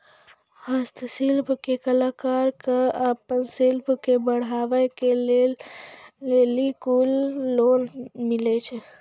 हस्तशिल्प के कलाकार कऽ आपन शिल्प के बढ़ावे के लेल कुन लोन मिलै छै?